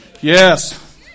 Yes